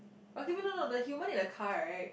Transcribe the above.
okay wait no no the human in the car right